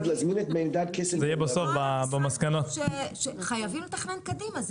אני חושבת שחייבים לתכנן קדימה,